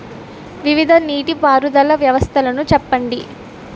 వివిధ నీటి పారుదల వ్యవస్థలను చెప్పండి?